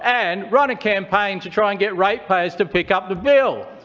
and run a campaign to try and get ratepayers to pick up the bill.